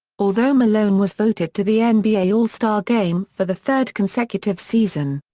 although malone was voted to the ah nba all-star game for the third consecutive season,